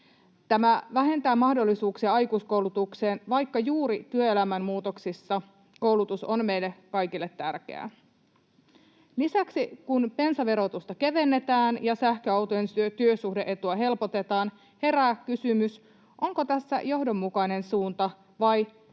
Tämä vähentää mahdollisuuksia aikuiskoulutukseen, vaikka juuri työelämän muutoksissa koulutus on meille kaikille tärkeää. Lisäksi kun bensaverotusta kevennetään ja sähköautojen työsuhde-etua helpotetaan, herää kysymys, onko tässä johdonmukainen suunta vai vain